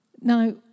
Now